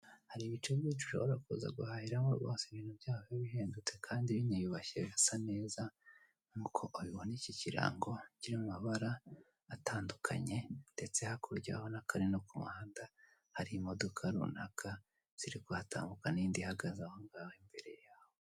Hari ibiceri nyinshyi ushobora kuza guhahiramo rwose ibintu byaho bisazi n'ibihendutse Kandi biniyubashye Kandi binasa neza nk'uko ubibona iki kirango kiri mu maraba atandukanye. Ndetse ko Ari no ku muhanda hari n'imondoka runaka ziri guhatambuka, n'izindi zihagaze aho ngaho.